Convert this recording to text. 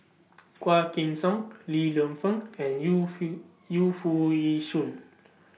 Quah Kim Song Li Lienfung and Yu feel Yu Foo Yee Shoon